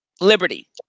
Liberty